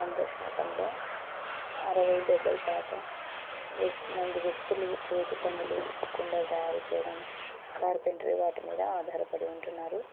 వంద శాతంలో అరవై డెబ్భై శాతం వక్ మంది వ్యక్తులు చేతి పనులు కుండలు తయారు చేయడం కార్పెంటరీ వాటి మీద ఆధారపడి ఉంటున్నారు